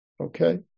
okay